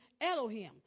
Elohim